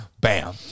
Bam